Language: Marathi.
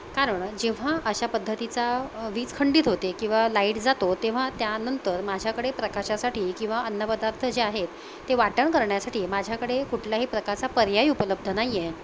कारण जेव्हा अशा पद्धतीचा वीज खंडित होते किंवा लाईट जातो तेव्हा त्यानंतर माझ्याकडे प्रकाशासाठी किंवा अन्नपदार्थ जे आहेत ते वाटण करण्यासाठी माझ्याकडे कुठल्याही प्रकारचा पर्याय उपलब्ध नाही आहे